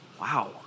Wow